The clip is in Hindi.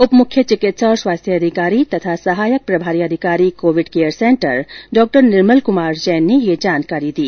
उप मुख्य चिकित्सा और स्वास्थ्य अधिकारी तथा सहायक प्रभारी अधिकारी कोविड केयर सेंटर डॉ निर्मल कुमार जैन ने ये जानकारी दी